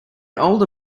older